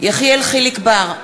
יחיאל חיליק בר,